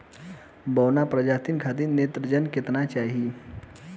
बौना प्रजाति खातिर नेत्रजन केतना चाही?